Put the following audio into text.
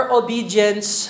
obedience